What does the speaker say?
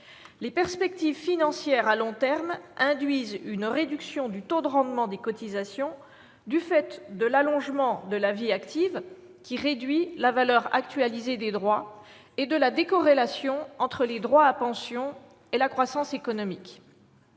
Les perspectives financières à long terme induisent une réduction du taux de rendement des cotisations du fait de l'allongement de la vie active, qui réduit la valeur actualisée des droits, et de la décorrélation entre les droits à pension et la croissance économique.